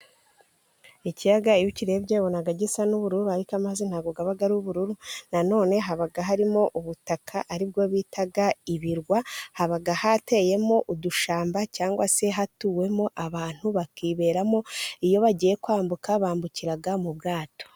Ikiyaga iyo ukirerebye ubona gisa n'ubururu, ariko amazi ntabwo aba ari ubururu. Na none haba harimo ubutaka aribwo bita ibirwa, haba hateyemo udushyamba, cyangwa se hatuwemo abantu bakiberamo. Iyo bagiye kwambuka bambukira mu bwato.